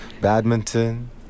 badminton